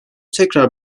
tekrar